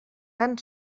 tan